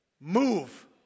Move